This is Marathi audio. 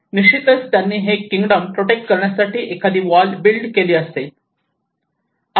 निश्चितच त्यांनी हे किंग्डम प्रोटेक्ट करण्यासाठी एखादी वॉल बिल्ड केली असेल